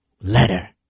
letter